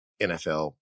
NFL